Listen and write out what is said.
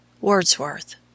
WORDSWORTH